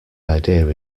idea